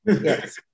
yes